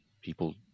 people